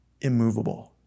immovable